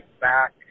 back